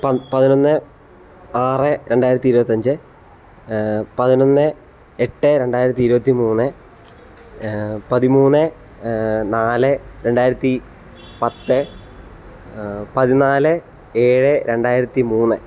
പന്ന് പതിനൊന്ന് ആറ് രണ്ടായിരത്തി ഇരുപത്തഞ്ച് പതിനൊന്ന് എട്ട് രണ്ടായിരത്തി ഇരുപത്തി മൂന്ന് പതിമൂന്ന് നാല് രണ്ടായിരത്തി പത്ത് പതിനാല് ഏഴ് രണ്ടായിരത്തി മൂന്ന്